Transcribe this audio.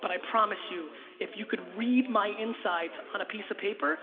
but i promise you if you could read my insides on a piece of paper